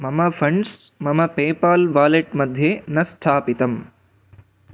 मम फ़ण्ड्स् मम PayPal wallet मध्ये न स्थापितम्